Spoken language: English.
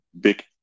big